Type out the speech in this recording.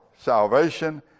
salvation